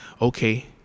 okay